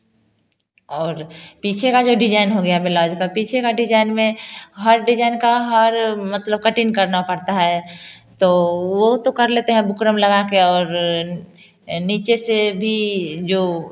और पीछे का जो डिजाईन हो गया बेलाउज का पीछे का डिजाईन में हर डिजाईन का हर मतलब कटिंग करना पड़ता है तो वह तो कर लेते हैं बुकरम लगा कर और नीचे से भी जो